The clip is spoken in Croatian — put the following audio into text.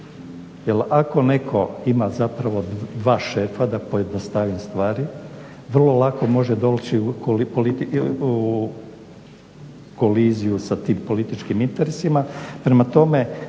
Jer ako netko ima zapravo dva šefa da pojednostavim stvari vrlo lako može doći u koliziju sa tim političkim interesima.